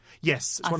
Yes